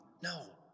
No